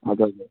okay okay